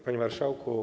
Panie Marszałku!